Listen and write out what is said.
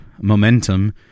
momentum